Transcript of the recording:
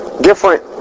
different